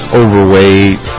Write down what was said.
overweight